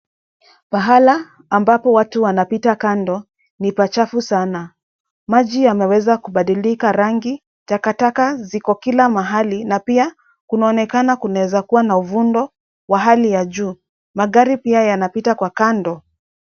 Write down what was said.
Pahala ambapo watu wanapita kando ni pachafu sana. Maji yameweza kubadilika rangi. Takataka ziko kila mahali na pia kunaonekana kunaweza kuwa na uvundo wa hali ya juu. Magari pia yanapita kwa kando.